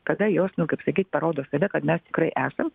kada jos nu kaip sakyt parodo save kad mes tikrai esam